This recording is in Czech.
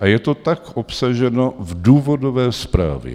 A je to tak obsaženo v důvodové zprávě.